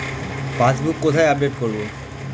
Passbook কোথায় update করব?